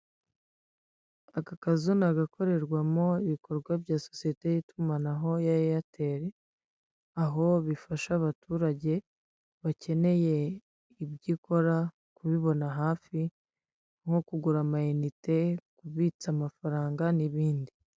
Aka kazu ni agakorerwamo ibikorwa bya sosiyete y'itumanaho ya Eyateri, aho bifasha abaturage bakeneye ibyokora kubibona hafi nko kugura amayinite kubitsa amafaranga n'ibindi.